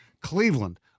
Cleveland